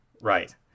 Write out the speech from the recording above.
right